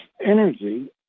energy